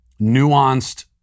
nuanced